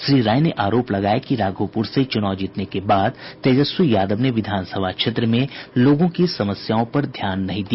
श्री राय ने आरोप लगाया कि राघोपुर से चुनाव जीतने के बाद तेजस्वी यादव ने विधानसभा क्षेत्र में लोगों की समस्याओं पर ध्यान नहीं दिया